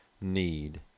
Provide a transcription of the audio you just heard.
need